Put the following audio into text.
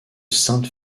sainte